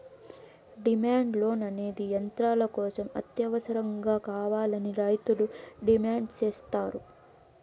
demand loan అనేది యంత్రాల కోసం అత్యవసరంగా కావాలని రైతులు డిమాండ్ సేత్తారు